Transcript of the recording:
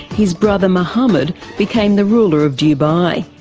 his brother mohammed became the ruler of dubai.